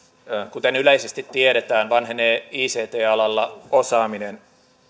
kuten yleisesti tiedetään vanhenee ict alalla osaaminen